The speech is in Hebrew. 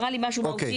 זה נראה לי כמשהו מהותי.